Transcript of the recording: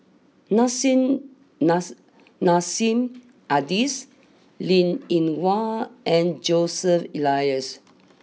Nissim Nass Nassim Adis Linn in Hua and Joseph Elias